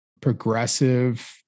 progressive